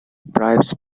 bribes